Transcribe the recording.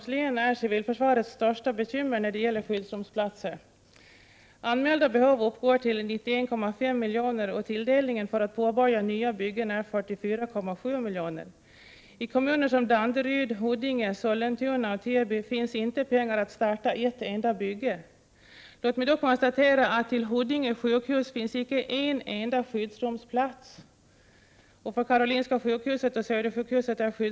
I försvarsbeslutet konstaterade socialdemokraterna och folkpartiet att bristen på bra skydd i högriskområdena är så stor att den med nuvarande produkton inte kommer att kunna täckas inom överskådlig framtid.